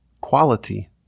quality